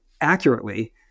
accurately